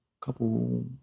couple